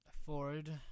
afford